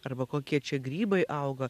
arba kokie čia grybai auga